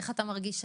איך אתה מרגיש היום?